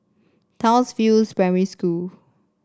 Townsville Primary School